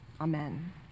Amen